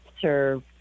serve